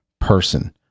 person